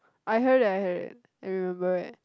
I heard it I heard it I remember it